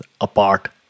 apart